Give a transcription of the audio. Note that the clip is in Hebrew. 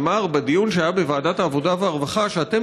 אמר בדיון שהיה בוועדת העבודה והרווחה שאתם